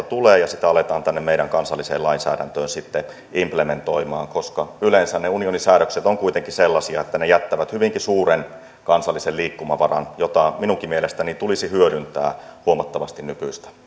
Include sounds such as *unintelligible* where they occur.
*unintelligible* tulee ja sitä aletaan tänne meidän kansalliseen lainsäädäntöömme sitten implementoimaan koska yleensä ne unionisäädökset ovat kuitenkin sellaisia että ne jättävät hyvinkin suuren kansallisen liikkumavaran jota minunkin mielestäni tulisi hyödyntää huomattavasti nykyistä